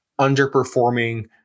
underperforming